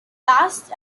last